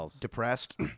depressed